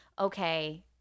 okay